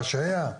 מה שהיה,